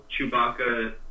Chewbacca